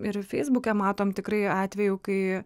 ir feisbuke matom tikrai atvejų kai